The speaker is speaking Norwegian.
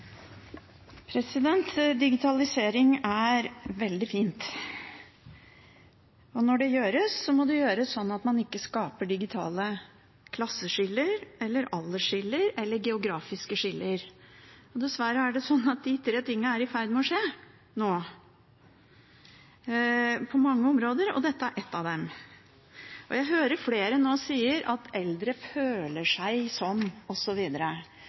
Digitalisering er veldig fint, og når det gjøres, må det gjøres sånn at man ikke skaper digitale klasseskiller, aldersskiller eller geografiske skiller. Men dessverre er det sånn at de tre tingene nå er i ferd med å skje på mange områder, og dette er ett av dem. Jeg hører flere si at eldre «føler» seg